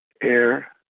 air